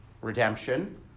redemption